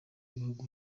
w’ibihugu